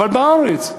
אבל בארץ,